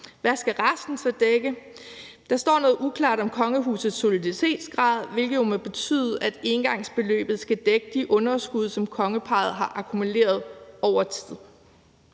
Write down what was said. Hvad skal resten så dække? Der står noget uklart om kongehusets soliditetsgrad, hvilket jo må betyde, at engangsbeløbet skal dække de underskud, som kongeparret har akkumuleret over tid.